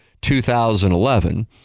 2011